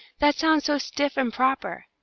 that sounds so stiff and proper.